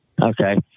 Okay